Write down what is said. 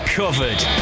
covered